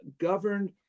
governed